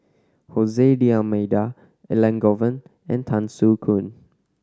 Hose D'Almeida Elangovan and Tan Soo Khoon